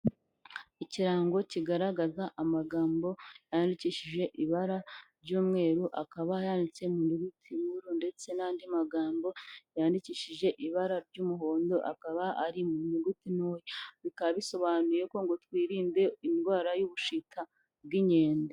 Ikirango kigaragaza amagambo yandikishije ibara ry'umweru, akaba yanyanditse mu nyuguti nkuru ndetse n'andi magambo yandikishije ibara ry'umuhondo, akaba ari mu nyuguti nto, bikaba bisobanuye ko ngo twirinde indwara y'ubushita bw'inkende.